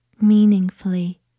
meaningfully